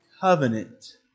covenant